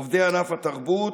עובדי ענף התרבות,